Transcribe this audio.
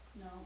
No